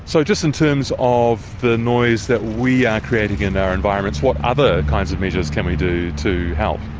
so just in terms of the noise that we are creating in our environments, what other kinds of measures can we do to help?